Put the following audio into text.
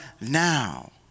now